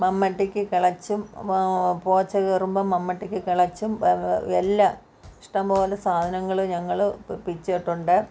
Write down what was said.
മൺവെട്ടിക്ക് കിളച്ചും പോച്ച കയറുമ്പോൾ മൺവെട്ടിക്ക് കിളച്ചും എല്ലാം ഇഷ്ടംപോലെ സാധനങ്ങൾ ഞങ്ങൾ പിച്ചീട്ടുണ്ട്